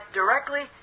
directly